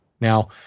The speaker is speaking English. Now